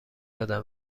دادن